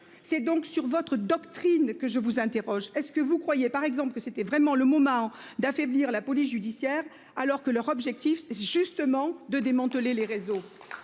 C'est donc sur votre doctrine que je vous interroge, est-ce que vous croyez par exemple que c'était vraiment le moment d'affaiblir la police judiciaire alors que leur objectif c'est justement de démanteler les réseaux.